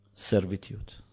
servitude